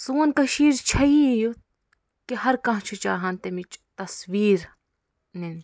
سون کٔشیٖر چھےٚ یی یُتھ کہ ہر کانٛہہ چھِ چاہان تٔمِچ تصوریٖر مِلہِ